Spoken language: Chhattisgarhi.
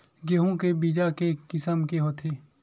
गेहूं के बीज के किसम के होथे?